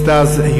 סטס,